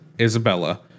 Isabella